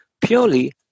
purely